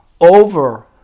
over